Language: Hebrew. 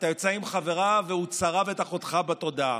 אתה יוצא עם חברה והוא צרב את אחותך בתודעה,